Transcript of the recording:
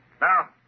Now